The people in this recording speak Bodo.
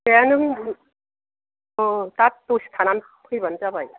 दे नों दा दसे थानानै फैबानो जाबाय